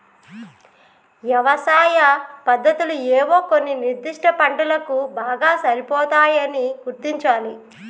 యవసాయ పద్దతులు ఏవో కొన్ని నిర్ధిష్ట పంటలకు బాగా సరిపోతాయని గుర్తించాలి